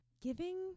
Giving